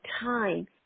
time